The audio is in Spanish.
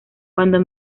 cuando